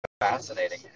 fascinating